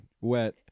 wet